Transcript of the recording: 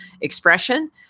expression